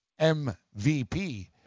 MVP